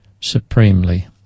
supremely